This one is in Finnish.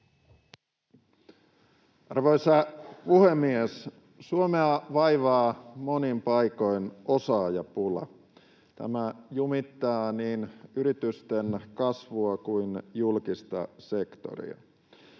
Arvoisa puhemies! Suomea vaivaa monin paikoin osaajapula. Tämä jumittaa niin yritysten kasvua kuin julkista sektoria.